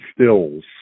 stills